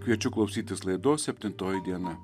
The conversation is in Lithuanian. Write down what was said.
kviečiu klausytis laidos septintoji diena